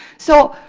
so,